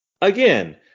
Again